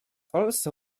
also